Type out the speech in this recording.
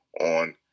on